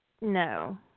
No